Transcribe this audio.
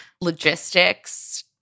logistics